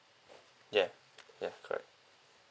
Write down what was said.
ya ya correct